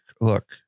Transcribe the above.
look